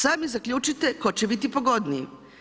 Sami zaključite tko će biti pogodniji.